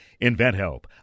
InventHelp